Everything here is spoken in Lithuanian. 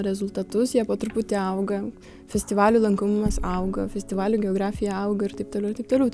rezultatus jie po truputį auga festivalių lankomumas auga festivalių geografija auga ir taip toliau ir taip toliau